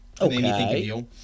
Okay